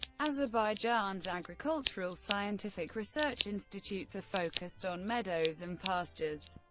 azerbaijan's agricultural scientific research institutes are focused on meadows and pastures,